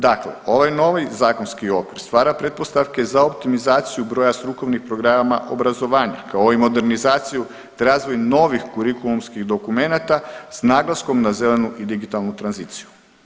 Dakle, ovaj novi zakonski okvir stvara pretpostavke za optimizaciju broja strukovnih programa obrazovanja kao i modernizaciju, te razvoj novih kurikulumskih dokumenata sa naglaskom na zelenu i digitalnu tranziciju.